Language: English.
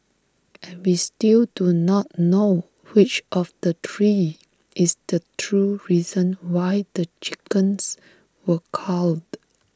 and we still do not know which of the three is the true reason why the chickens were culled